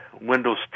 Windows